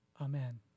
Amen